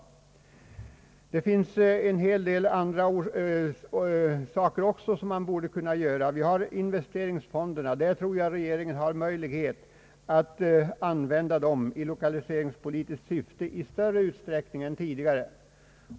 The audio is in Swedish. Det finns också en hel del andra åtgärder som bör kunna vidtas. Vi tror att regeringen har möjlighet att använda investeringsfonderna i lokaliseringspolitiskt syfte i större utsträckning än tidigare.